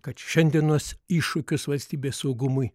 kad šiandienos iššūkius valstybės saugumui